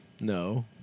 No